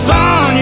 Son